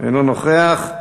אינו נוכח,